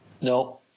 no